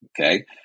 Okay